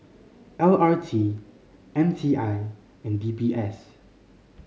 L R T M T I and D B S